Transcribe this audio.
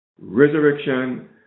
resurrection